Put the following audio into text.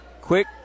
Quick